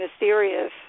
mysterious